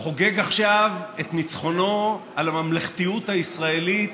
חוגג עכשיו את ניצחונו על הממלכתיות הישראלית,